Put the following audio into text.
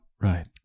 Right